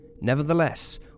Nevertheless